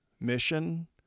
mission